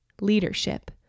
leadership